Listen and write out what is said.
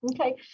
Okay